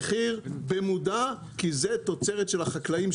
עו"ד ירון לוינסון, רשות ההסתדרות לצרכנות.